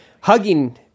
hugging